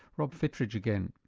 rob fitridge again.